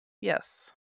yes